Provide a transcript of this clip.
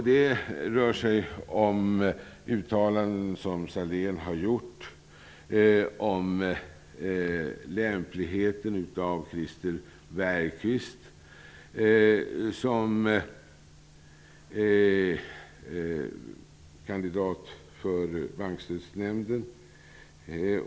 Det rör sig om uttalanden som Sahlén har gjort om lämpligheten av Christer Bergqvist som kandidat till chef för Bankstödsnämnden.